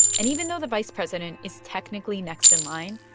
and even though the vice president is technically next in line,